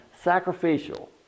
sacrificial